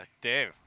Dave